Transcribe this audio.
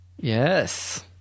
yes